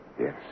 Yes